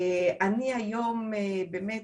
אני היום באמת,